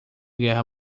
guerra